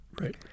right